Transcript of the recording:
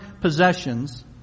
possessions